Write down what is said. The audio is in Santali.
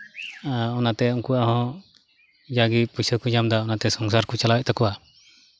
ᱚᱱᱟᱛᱮ ᱩᱱᱠᱩᱣᱟᱜ ᱦᱚᱸ ᱡᱟᱜᱮ ᱯᱚᱭᱥᱟ ᱠᱚ ᱧᱟᱢᱫᱟ ᱚᱱᱟᱛᱮ ᱥᱚᱝᱥᱟᱨ ᱠᱚ ᱪᱟᱞᱟᱣ ᱮᱜ ᱛᱟᱠᱚᱣᱟ